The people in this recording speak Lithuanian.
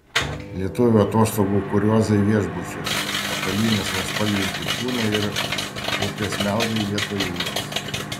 lietuvių atostogų kuriozai viešbučiuose patalynės nuspalvinti kūnai ir upės meldai vietoj jūros